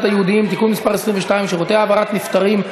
היהודיים (תיקון מס' 22) (שירותי העברת נפטרים),